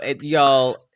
y'all